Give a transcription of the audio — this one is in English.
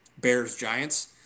Bears-Giants